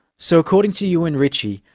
so according to euan ritchie,